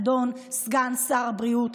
אדון סגן שר הבריאות.